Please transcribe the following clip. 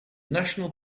national